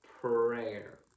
prayer